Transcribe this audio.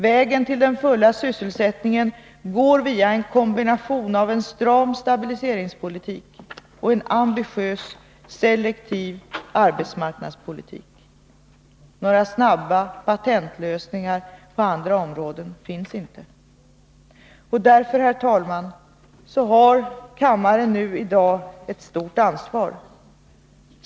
Vägen till den fulla sysselsättningen går via en kombination av en stram stabiliseringspolitik och en ambitiös selektiv arbetsmarknadspolitik. Några snabba patentlösningar på andra områden finns inte. Därför, herr talman, har kammaren nu ett stort ansvar.